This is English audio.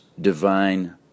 divine